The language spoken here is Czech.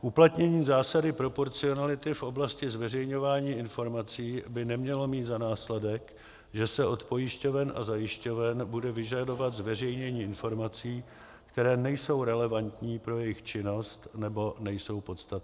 Uplatnění zásady proporcionality v oblasti zveřejňování informací by nemělo mít za následek, že se od pojišťoven a zajišťoven bude vyžadovat zveřejnění informací, které nejsou relevantní pro jejich činnost nebo nejsou podstatné.